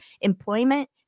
Employment